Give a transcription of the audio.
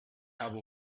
habe